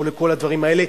כולל כל הדברים האלה.